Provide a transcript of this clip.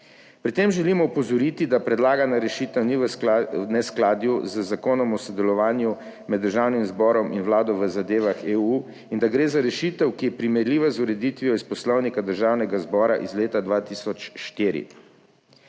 Pri tem želimo opozoriti, da predlagana rešitev ni v neskladju z Zakonom o sodelovanju med državnim zborom in vlado v zadevah Evropske unije in da gre za rešitev, ki je primerljiva z ureditvijo iz Poslovnika Državnega zbora iz leta 2004.